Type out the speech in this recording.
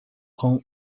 com